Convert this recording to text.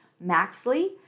Maxley